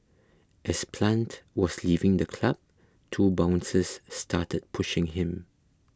as Plant was leaving the club two bouncers started pushing him